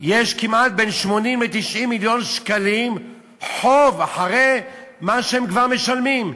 יש בין 80 ל-90 מיליון שקלים חוב אחרי מה שהם כבר משלמים.